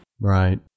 Right